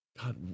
God